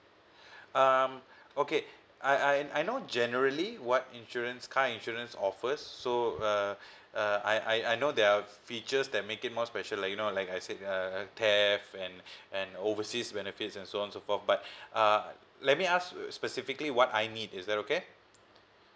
um okay I I I know generally what insurance car insurance offers so uh uh I I I know there're features that make it more special like you know like I said uh theft and and overseas benefits and so on so forth but uh let me ask specifically what I need is that okay